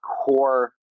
core